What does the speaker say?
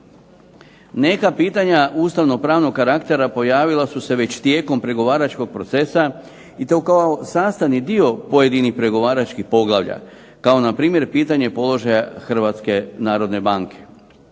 Neka pitanja ustavnopravnog karaktera pojavila su se već tijekom pregovaračkog procesa, i to kao sastavni dio pojedinih pregovaračkih poglavlja, kao npr. pitanje položaja Hrvatske narodne banke.